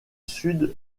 sud